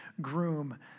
groom